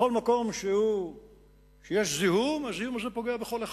בכל מקום שיש זיהום, הזיהום הזה פוגע בכל אחד.